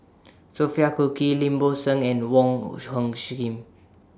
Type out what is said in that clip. Sophia Cooke Lim Bo Seng and Wong Hung Khim